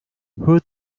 who